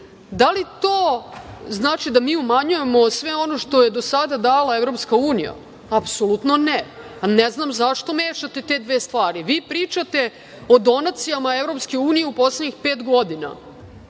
li to znači da mi umanjujemo sve ono što je do sada dala EU? Apsolutno, ne. Ne znam zašto mešate te dve stvari. Vi pričate o donacijama EU u poslednjih pet godina